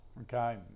Okay